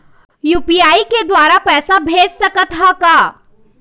UPI के द्वारा पैसा भेज सकत ह का?